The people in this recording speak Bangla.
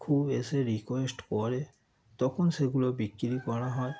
খুব এসে রিকোয়েস্ট করে তখন সেগুলো বিক্রি করা হয়